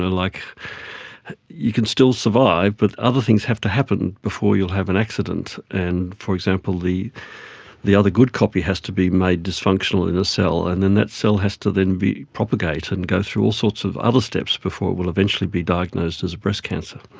like you can still survive but other things have to happen before you will have an accident. and for example, the the other good copy has to be made dysfunctional in a cell and then that cell has to then be propagated and go through all sorts of other steps before it will eventually be diagnosed as breast cancer.